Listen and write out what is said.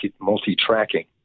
multi-tracking